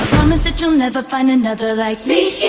promise that you'll never find another like me